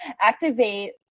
activate